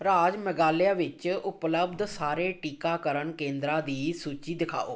ਰਾਜ ਮੇਘਾਲਿਆ ਵਿੱਚ ਉਪਲਬਧ ਸਾਰੇ ਟੀਕਾਕਰਨ ਕੇਂਦਰਾਂ ਦੀ ਸੂਚੀ ਦਿਖਾਓ